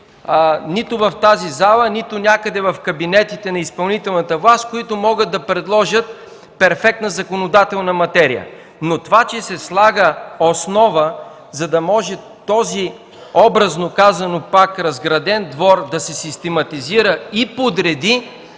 нито в тази зала, нито някъде в кабинетите на изпълнителната власт, които могат да предложат перфектна законодателна материя, но това че се слага основа, за да може този, образно казано пак, разграден двор да се систематизира и подреди,